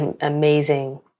amazing